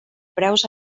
preus